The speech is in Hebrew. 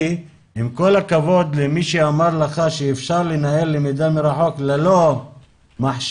כי עם כל הכבוד למי שאמר לך שאפשר לנהל למידה מרחוק ללא מחשב,